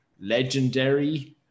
legendary